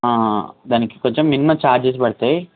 దానికి కొంచెం minimum charges పడతాయి